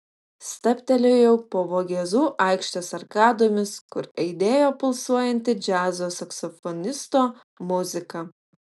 stabtelėjau po vogėzų aikštės arkadomis kur aidėjo pulsuojanti džiazo saksofonisto muzika